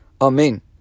Amen